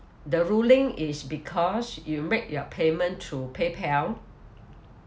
the ruling is because you make your payment through paypal